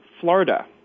Florida